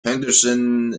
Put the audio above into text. henderson